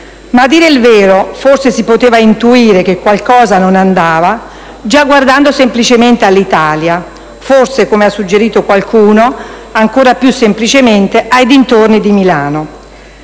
Ma, a dire il vero, forse si poteva intuire che qualcosa non andava già guardando semplicemente all'Italia. Forse, ha suggerito qualcuno, ancor più semplicemente ai dintorni di Milano.